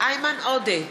איימן עודה,